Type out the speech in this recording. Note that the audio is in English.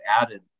added